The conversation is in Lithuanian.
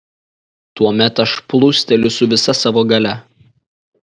tuomet aš plūsteliu su visa savo galia